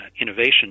innovation